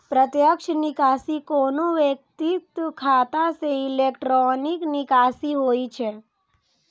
प्रत्यक्ष निकासी कोनो व्यक्तिक खाता सं इलेक्ट्रॉनिक निकासी होइ छै